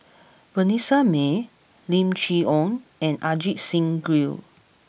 Vanessa Mae Lim Chee Onn and Ajit Singh Gill